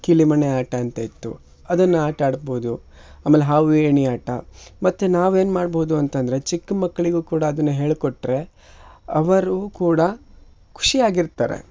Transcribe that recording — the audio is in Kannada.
ಕೀಲಿಮಣೆ ಆಟ ಅಂತ ಇತ್ತು ಅದನ್ನು ಆಟಾಡ್ಬೋದು ಆಮೇಲೆ ಹಾವು ಏಣಿ ಆಟ ಮತ್ತು ನಾವೇನು ಮಾಡ್ಬೋದು ಅಂತಂದರೆ ಚಿಕ್ಕ ಮಕ್ಕಳಿಗೂ ಕೂಡ ಅದನ್ನು ಹೇಳಿಕೊಟ್ರೆ ಅವರು ಕೂಡ ಖುಷಿಯಾಗಿರ್ತಾರೆ